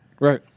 Right